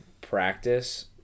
practice